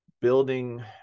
building